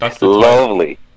Lovely